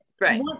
Right